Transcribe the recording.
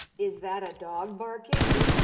is that a dog barking?